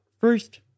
first